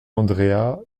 andrea